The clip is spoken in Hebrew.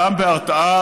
גם בהרתעה.